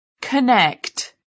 connect